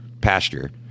pasture